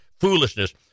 foolishness